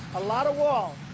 a lot of wall.